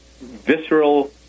visceral